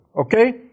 Okay